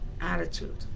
attitude